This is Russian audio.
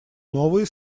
новые